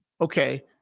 Okay